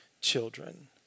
children